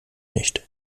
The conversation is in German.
nicht